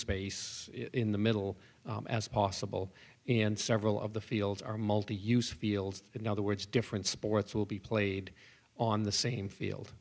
space in the middle as possible and several of the fields are multi use fields in other words different sports will be played on the same field